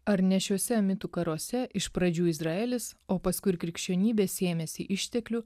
ar ne šiuose mitų karuose iš pradžių izraelis o paskui ir krikščionybė sėmėsi išteklių